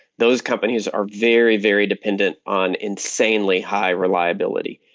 those companies are very, very dependent on insanely high reliability.